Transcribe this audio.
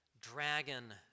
dragon